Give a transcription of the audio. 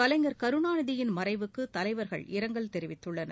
கலைஞர் கருணாநிதியின் மறைவுக்கு தலைவர்கள் இரங்கல் தெரிவித்துள்ளனர்